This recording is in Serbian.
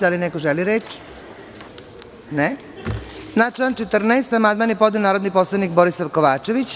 Da li još neko želi reč? (Ne.) Na član 14 amandman je podneo narodni poslanik Borisav Kovačević.